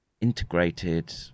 integrated